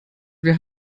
wir